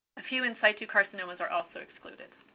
a few in situ carcinomas are also excluded.